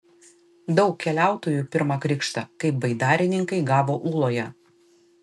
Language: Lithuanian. daug keliautojų pirmą krikštą kaip baidarininkai gavo ūloje